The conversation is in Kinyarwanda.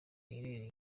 riherereye